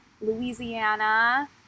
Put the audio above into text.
louisiana